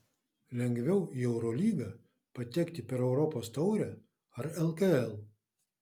lengviau į eurolygą patekti per europos taurę ar lkl